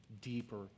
deeper